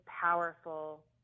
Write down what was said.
powerful